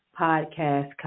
podcast